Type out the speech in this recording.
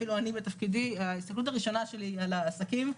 ואפילו אני בתפקידי - ההסתכלות הראשונה שלי היא על העסקים.